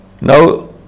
Now